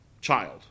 child